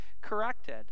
corrected